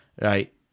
right